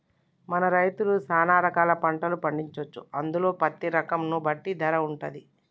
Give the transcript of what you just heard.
మన రైతులు సాన రకాల పంటలు పండించొచ్చు అందులో పత్తి రకం ను బట్టి ధర వుంటది